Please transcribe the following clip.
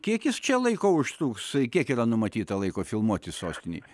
kiek jis čia laiko užtruks kiek yra numatyta laiko filmuotis sostinėj